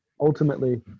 ultimately